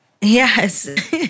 Yes